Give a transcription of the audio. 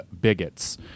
bigots